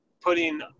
putting